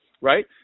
right